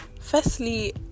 firstly